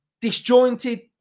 disjointed